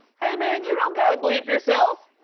hey, man, you don't got to bleep yourself.